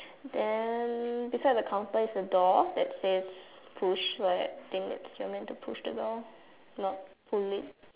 then beside the counter is a door that says push but I think you're meant to pull not push